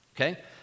Okay